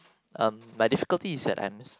um my difficulty is that I